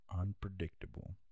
unpredictable